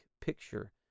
picture